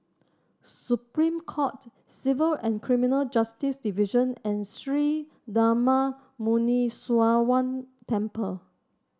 Supreme Court Civil and Criminal Justice Division and Sri Darma Muneeswaran Temple